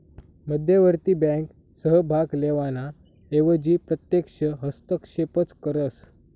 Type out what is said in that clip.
मध्यवर्ती बँक सहभाग लेवाना एवजी प्रत्यक्ष हस्तक्षेपच करस